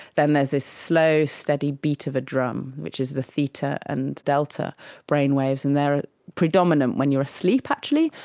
then there's this slow, steady beat of a drum which is the theta and delta brain waves and they are predominant when you are asleep actually,